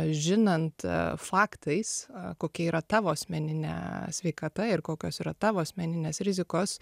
žinant faktais kokia yra tavo asmeninė sveikata ir kokios yra tavo asmeninės rizikos